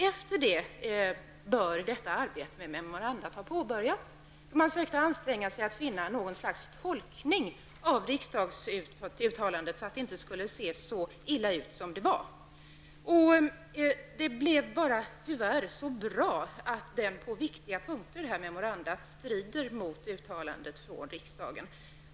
Efter detta bör arbetet med ett memorandum ha påbörjats. Man sökte anstränga sig att finna någon slags tolkning av riksdagsuttalandet så att det inte skulle se så illa ut som det var. Det blev tyvärr så bra att memorandumet på viktiga punkter strider mot uttalandet från riksdagen.